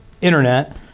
Internet